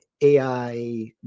AI